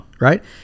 Right